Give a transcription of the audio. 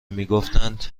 میگفتند